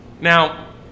Now